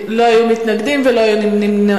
לא היו מתנגדים ולא היו נמנעים.